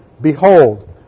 Behold